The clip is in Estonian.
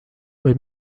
või